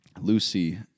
Lucy